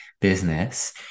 business